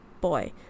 boy